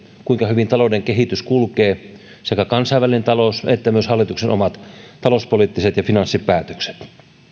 kuinka hyvin talouden kehitys kulkee sekä kansainvälinen talous että myös hallituksen omat talouspoliittiset ja finanssipäätökset